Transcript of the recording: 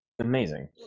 amazing